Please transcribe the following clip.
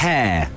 Hair